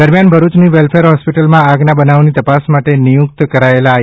દરમિયાન ભરૂચની વેલફેર હોસ્પિટલમાં આગના બનાવની તપાસ માટે નિયુક્ત કરાયેલા આઇ